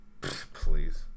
Please